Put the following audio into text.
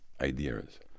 ideas